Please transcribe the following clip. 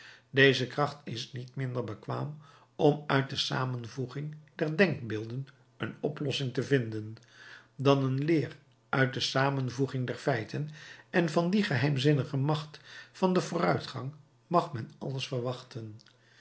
deze kracht is niet minder bekwaam om uit de samenvoeging der denkbeelden een oplossing te vinden dan een leer uit de samenvoeging der feiten en van die geheimzinnige macht van den vooruitgang mag men alles verwachten